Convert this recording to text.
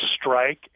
strike